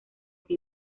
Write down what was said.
que